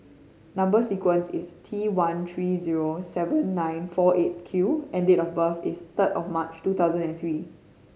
number sequence is T one three zero seven nine four Eight Q and date of birth is third of March two thousand and three